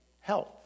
health